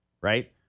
Right